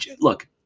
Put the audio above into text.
look